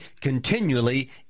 continually